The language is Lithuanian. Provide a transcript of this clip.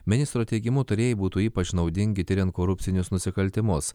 ministro teigimu tarėjai būtų ypač naudingi tiriant korupcinius nusikaltimus